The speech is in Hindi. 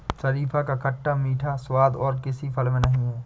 शरीफा का खट्टा मीठा स्वाद और किसी फल में नही है